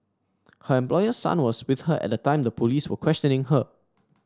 her employer's son was with her at the time the police were questioning her